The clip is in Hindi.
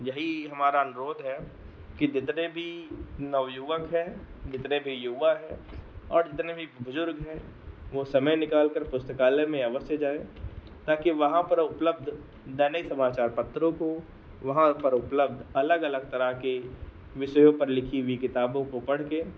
यही हमारा अनुरोध है कि जितने भी नवयुवक हैं जितने भी युवा हैं और जितने भी बुजुर्ग हैं वह समय निकालकर पुस्तकालय में अवश्य जाएँ ताकि वहाँ पर उपलब्ध दैनिक समाचार पत्रों को वहाँ पर उपलब्ध अलग अलग तरह के विषयों पर लिखी हुई किताबों को पढ़कर